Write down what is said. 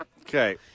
Okay